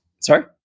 sorry